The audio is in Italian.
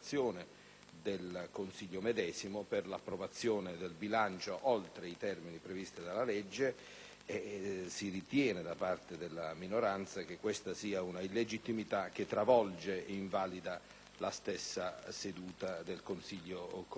del Consiglio medesimo per l'approvazione del bilancio oltre i termini previsti dalla legge e si ritiene, da parte della minoranza, che questa sia una illegittimità che travolge e invalida la stessa seduta del Consiglio comunale,